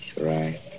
right